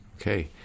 Okay